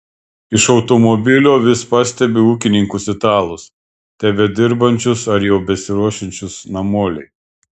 iš automobilio vis pastebi ūkininkus italus tebedirbančius ar jau besiruošiančius namolei